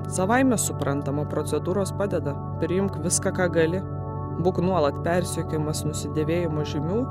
savaime suprantama procedūros padeda priimk viską ką gali būk nuolat persekiojamas nusidėvėjimo žymių